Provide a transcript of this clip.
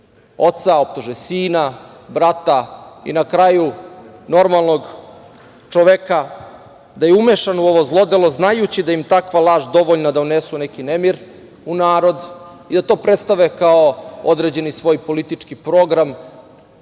oca, optuže sina, brata i na kraju, normalnog čoveka, da je umešan u ovo zlodelo, znajući da im je takva laž dovoljna da unesu neki nemir u narod i da to predstave kao određeni svoj politički program,